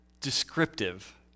descriptive